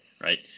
Right